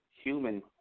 human